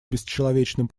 бесчеловечным